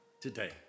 today